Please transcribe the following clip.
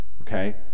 Okay